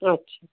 আচ্ছা